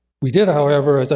we did however,